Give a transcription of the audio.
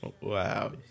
wow